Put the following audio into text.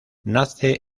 nace